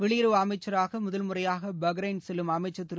வெளியுறவு அமைச்சராக முதல்முறையாக பஹ்ரைன் செல்லும் அமைச்சர் திரு